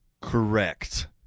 Correct